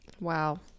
Wow